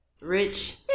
Rich